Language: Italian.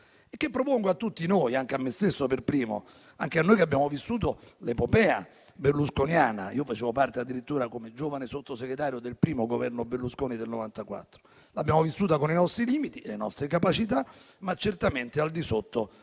e che propongo a tutti noi, a me stesso per primo, e a noi che abbiamo vissuto l'epopea berlusconiana. Io facevo parte addirittura, come giovane Sottosegretario, del primo Governo Berlusconi del 1994. L'abbiamo vissuta con i nostri limiti, le nostre capacità, ma certamente al di sotto